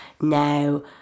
now